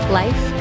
life